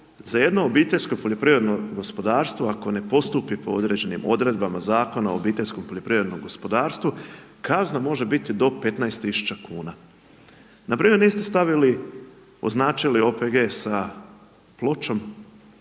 za jedno obiteljsko poljoprivredno gospodarstvo, ako ne postupi po određenim odredbama, zakonima, obiteljsko poljoprivrednom gospodarstvu, kazna može biti do 15 tisuća kuna. Npr. niste stavili, označi OPG sa pločom